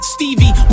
Stevie